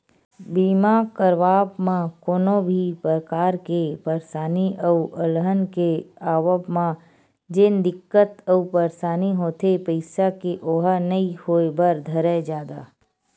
बीमा करवाब म कोनो भी परकार के परसानी अउ अलहन के आवब म जेन दिक्कत अउ परसानी होथे पइसा के ओहा नइ होय बर धरय जादा